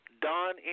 Don